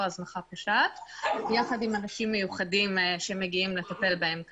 הזנחה פושעת יחד עם אנשים מיוחדים שמגיעים לטפל בהם כאן.